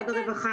למשרד הרווחה,